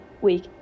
Week